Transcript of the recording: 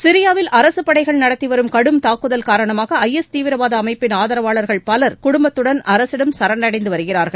சிரியாவில் அரசுப் படைகள் நடத்திவரும் கடும் தாக்குதல் காரணமாக ஐ எஸ் தீவிரவாத அமைப்பின் ஆதரவாளர்கள் பலர் குடும்பத்துடன் அரசிடம் சரணடைந்து வருகிறார்கள்